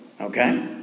okay